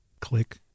Click